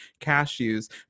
cashews